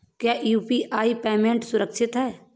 क्या UPI payment सुरक्षित है?